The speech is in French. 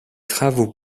travaux